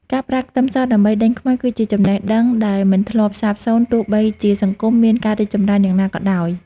ការប្រើខ្ទឹមសដើម្បីដេញខ្មោចគឺជាចំណេះដឹងដែលមិនធ្លាប់សាបសូន្យទោះបីជាសង្គមមានការរីកចម្រើនយ៉ាងណាក៏ដោយ។